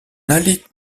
allait